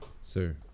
sir